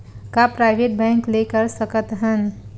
का private bank ले कर सकत हन?